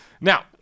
Now